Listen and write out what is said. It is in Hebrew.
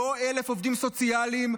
לא 1,000 עובדים סוציאליים,